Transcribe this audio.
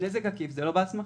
עקיף זה לא בהסמכה.